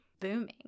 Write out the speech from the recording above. booming